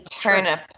turnip